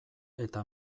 eta